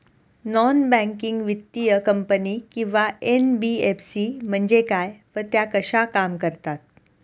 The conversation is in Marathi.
नॉन बँकिंग वित्तीय कंपनी किंवा एन.बी.एफ.सी म्हणजे काय व त्या कशा काम करतात?